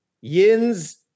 Yin's